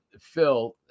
Phil